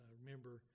remember